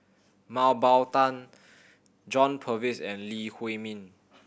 Mah Bow Tan John Purvis and Lee Huei Min